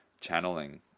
channeling